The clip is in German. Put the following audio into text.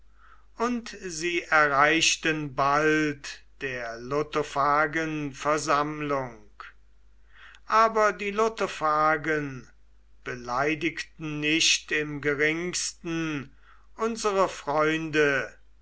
und sie erreichten bald der lotophagen versammlung aber die lotophagen beleidigten nicht im geringsten unsere freunde